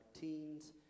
teens